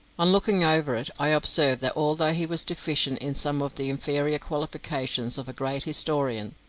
on looking over it i observed that, although he was deficient in some of the inferior qualifications of a great historian,